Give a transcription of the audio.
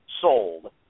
sold